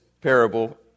parable